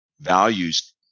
values